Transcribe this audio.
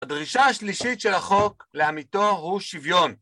הדרישה השלישית של החוק לאמיתו הוא שוויון